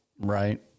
right